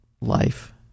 life